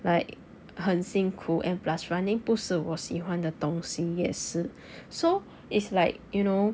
like 很辛苦 and plus running 不是我喜欢的东西也是 so it's like you know